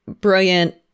brilliant